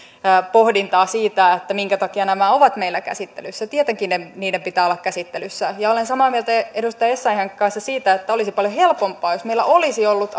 pohdintaa siitä minkä takia nämä ovat meillä käsittelyssä tietenkin niiden pitää olla käsittelyssä ja olen samaa mieltä edustaja essayahin kanssa siitä että olisi paljon helpompaa jos meillä olisi ollut